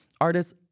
artists